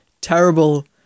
terrible